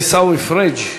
עיסאווי פריג'.